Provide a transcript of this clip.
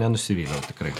nenusivyliau tikrai